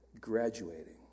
graduating